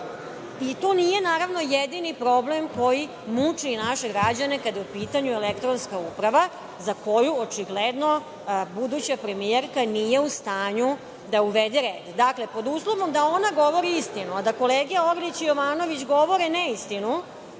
To nije jedini problem koji muči naše građane kada je u pitanju elektronska uprava, za koju očigledno buduća premijerka nije u stanju da uvede red. Dakle, pod uslovom da ona govori istinu, a da kolege Orlić i Jovanović govore neistinu,